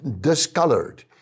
discolored